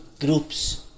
groups